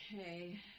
Okay